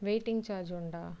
waiting charge உண்டா